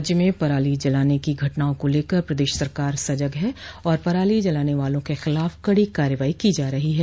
राज्य में पराली जलाने की घटनाओं को लेकर प्रदेश सरकार सजग है और पराली जलाने वालों के खिलाफ कड़ी कार्रवाई की जा रही है